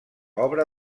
obra